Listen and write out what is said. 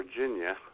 Virginia